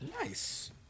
Nice